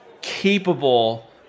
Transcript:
capable